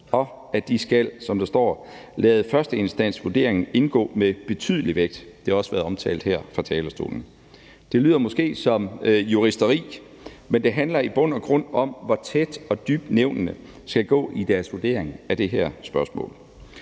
og at de, som der står, skal lade 1.-instansvurderingen indgå med betydelig vægt – det har også været omtalt her fra talerstolen. Det lyder måske som juristeri, men det handler i bund og grund om, hvor tæt og dybt nævnene skal gå i deres vurdering af det her spørgsmål.